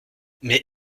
mais